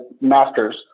masters